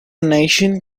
nation